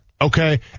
Okay